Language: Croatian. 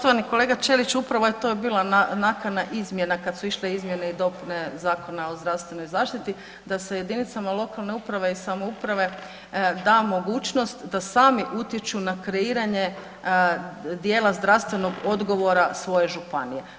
Poštovani kolega Ćelić, upravo je to bila nakana izmjena kad su išle izmjene i dopune Zakona u zdravstvenoj zaštiti, da se jedinicama lokalne uprave i samouprave da mogućnost da sami utječu na kreiranje djela zdravstvenog odgovora svoje županije.